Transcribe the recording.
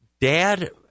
Dad